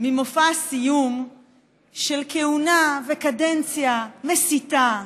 ממופע הסיום של כהונה וקדנציה מסיתה,